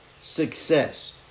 success